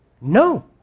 no